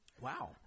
Wow